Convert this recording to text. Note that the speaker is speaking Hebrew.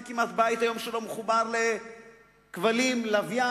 ואין כמעט בית היום שלא מחובר לכבלים וללוויין,